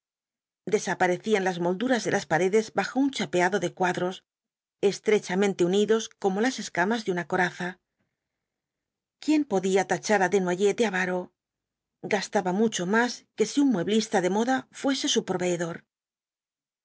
desaparecían las molduras de las paredes bajo un chapeado de cuadros estrechamente unidos como las escamas de una coraza quién podía tachar á desnoyers de avaro gastaba mucho más que si un mueblista de moda fuese su proveedor